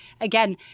again